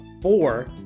four